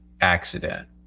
accident